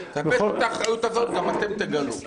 אני מצפה שאת האחריות הזאת גם אתם תגלו.